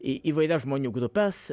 įvairias žmonių grupes